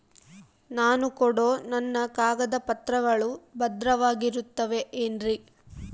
ನಾನು ಕೊಡೋ ನನ್ನ ಕಾಗದ ಪತ್ರಗಳು ಭದ್ರವಾಗಿರುತ್ತವೆ ಏನ್ರಿ?